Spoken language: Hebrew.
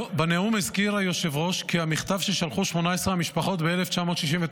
בנאום הזכיר היושב-ראש כי המכתב ששלחו 18 המשפחות ב-1969,